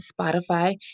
Spotify